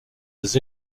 des